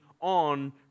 on